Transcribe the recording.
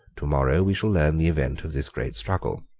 tomorrow we shall learn the event of this great struggle.